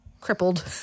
crippled